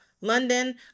London